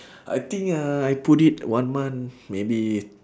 I think ah I put it one month maybe